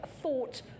thought